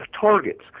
targets